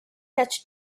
touched